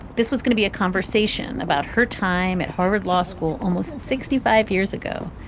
this was going to be a conversation about her time at harvard law school almost sixty five years ago,